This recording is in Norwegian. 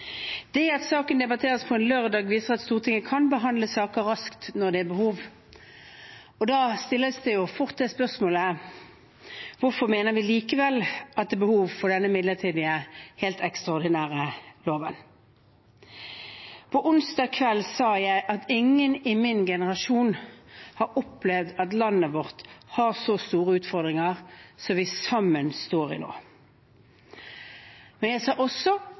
Det at saken debatteres på en lørdag, viser at Stortinget kan behandle saker raskt når det er behov. Da stilles fort dette spørsmålet: Hvorfor mener vi likevel at det er behov for denne midlertidige, helt ekstraordinære loven? På onsdag kveld sa jeg at ingen i min generasjon har opplevd at landet vårt har så store utfordringer som dem vi sammen står i nå. Men jeg sa også